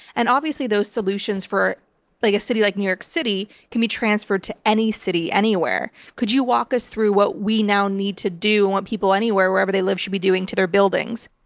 and obviously those solutions for like a city like new york city can be transferred to any city anywhere. could you walk us through what we now need to do and what people anywhere wherever they live should be doing to their buildings?